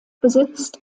besitzt